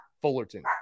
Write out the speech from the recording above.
Fullerton